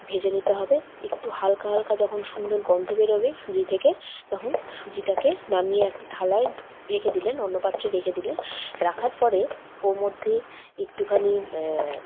ভেজে নিতে হবে একটু হালকা হালকা যখন সুন্দর গন্ধ বেরোবে সুজি থেকে তখন সুজিটাকে নামিয়ে একটা থালায় রেখে দিলেন অন্ন্যপাত্রে রেখে দিলেন রাখার পরে ওর মধ্যেই একটুখানি